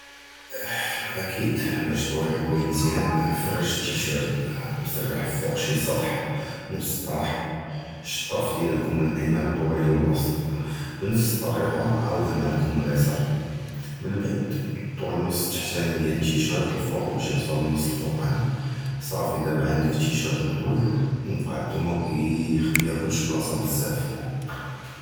אַכֵּיד, בַּשּׁ תְּטַווּי אֶל-חֻוַאיִּיג מְזִיּאַנָאן, פַּרְשׁ אֶל-טִישִׁירְט מִסְרַח עַל שִׁי סַּטַח מֻסְטַח, אֶל-שַּׁטַּאפ דִיָּאל אֶל-קַּם אֶל-אֵימִין, טַווּה לַל-מּוּסְט וּבְנְפְס אֶל-טְּרִיקָה, עַאוּדְהָּ עִם אֶל-קַּם אֶל-אִסְמַר, מִנְּבַּעְד אַטְּוִי אֶל-נַס אֶל-תַּחְתָאנִי דִיָּאל אֶל-טִישִׁירְט לַעְלָא, בְּשׁ שׁ יִוֹּסֵל לַנַּס אֶל-פוּקַּאנִי, סַפִּי, דַּאבָּא עַנְדְכּ טִישִׁירְט מְטַווּי וּמְקַדּ, וּמַכַּאיְחַדְּשׁ בְּבְּלַאסָה בְּזַבַּא.